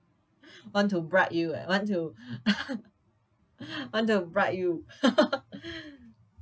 want to bribe you eh want to want to bribe you